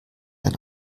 ein